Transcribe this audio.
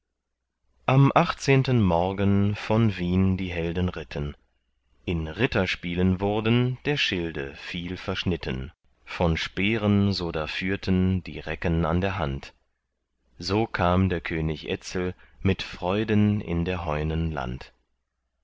am achtzehnten morgen von wien die helden ritten in ritterspielen wurden der schilde viel verschnitten von speeren so da führten die recken an der hand so kam der könig etzel mit freuden in der heunen land